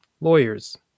lawyers